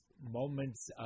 moments